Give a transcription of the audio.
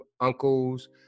uncles